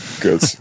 Good